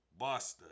Busta